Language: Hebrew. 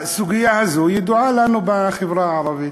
הסוגיה הזאת ידועה לנו, בחברה הערבית,